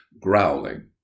growling